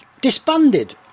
disbanded